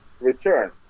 return